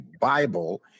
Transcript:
Bible